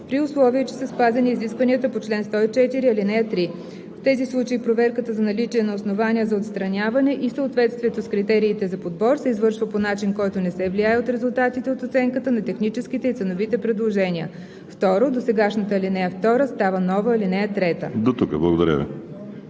при условие че са спазени изискванията по чл. 104, ал. 3. В тези случаи проверката за наличие на основания за отстраняване и съответствие с критериите за подбор се извършва по начин, който не се влияе от резултатите от оценката на техническите и ценовите предложения.“ 2. Досегашната ал. 2 става нова ал. 3.“ ПРЕДСЕДАТЕЛ